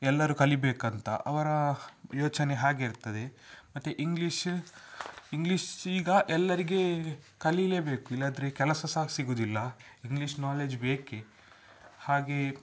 ಎಲ್ಲರೂ ಕಲಿಯಬೇಕಂತ ಅವರ ಯೋಚನೆ ಹಾಗೆ ಇರ್ತದೆ ಮತ್ತು ಇಂಗ್ಲೀಷು ಇಂಗ್ಲೀಷ್ ಈಗ ಎಲ್ಲರಿಗೆ ಕಲಿಯಲೇಬೇಕು ಇಲ್ಲಾಂದ್ರೆ ಕೆಲಸ ಸಹ ಸಿಗುವುದಿಲ್ಲ ಇಂಗ್ಲೀಷ್ ನಾಲೆಜ್ ಬೇಕು ಹಾಗೇ